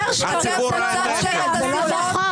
אתם פוצצתם את השיחות,